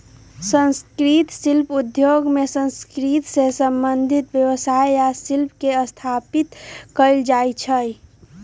संस्कृतिक शिल्प उद्योग में संस्कृति से संबंधित व्यवसाय आ शिल्प के स्थापित कएल जाइ छइ